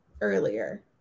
earlier